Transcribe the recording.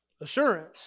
Assurance